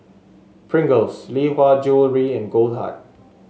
Pringles Lee Hwa Jewellery and Goldheart